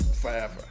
forever